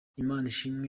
imanishimwe